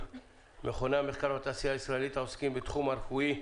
מכוני המחקר והתעשר הישראלית העוסקים בתחום הרפואי,